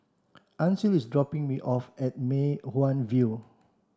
Ancil is dropping me off at Mei Hwan View